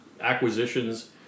acquisitions